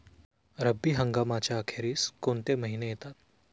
रब्बी हंगामाच्या अखेरीस कोणते महिने येतात?